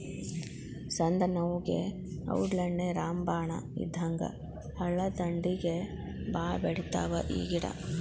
ಸಂದನೋವುಗೆ ಔಡ್ಲೇಣ್ಣಿ ರಾಮಬಾಣ ಇದ್ದಂಗ ಹಳ್ಳದಂಡ್ಡಿಗೆ ಬಾಳ ಬೆಳಿತಾವ ಈ ಗಿಡಾ